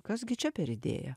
kas gi čia per idėją